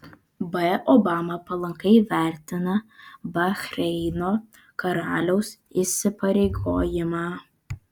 b obama palankiai vertina bahreino karaliaus įsipareigojimą